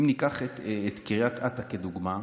אם ניקח את קריית אתא כדוגמה,